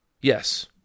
Yes